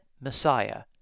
Messiah